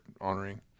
honoring